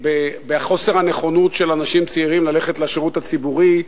בחוסר הנכונות של אנשים צעירים ללכת לשירות הציבורי,